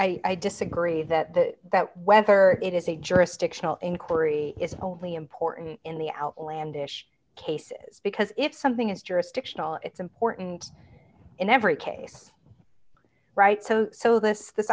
think i disagree that that whether it is a jurisdictional inquiry is only important in the outlandish cases because if something is jurisdictional it's important in every case right so so this this